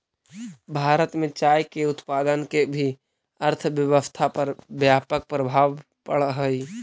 भारत में चाय के उत्पादन के भी अर्थव्यवस्था पर व्यापक प्रभाव पड़ऽ हइ